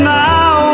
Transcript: now